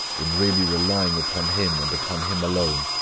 in really relying upon him and upon him alone,